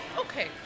Okay